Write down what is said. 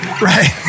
Right